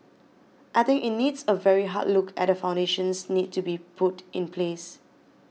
I think it needs a very hard look at the foundations need to be put in place